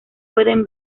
pueden